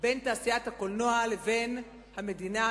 בין תעשיית הקולנוע לבין המדינה,